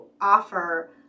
offer